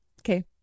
Okay